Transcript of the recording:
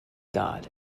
god